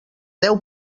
deu